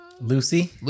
Lucy